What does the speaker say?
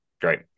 Great